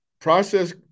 process